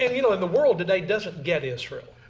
ah you know and the world today doesn't get israel.